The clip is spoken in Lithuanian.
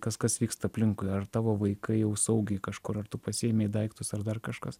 kas kas vyksta aplinkui ar tavo vaikai jau saugiai kažkur ar tu pasiėmei daiktus ar dar kažkas